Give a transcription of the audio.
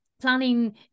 planning